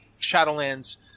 Shadowlands